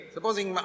Supposing